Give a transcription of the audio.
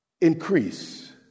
increase